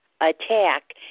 attack